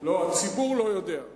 הציבור לא יודע.